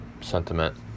sentiment